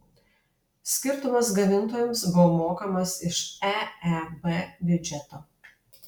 skirtumas gamintojams buvo mokamas iš eeb biudžeto